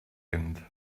wind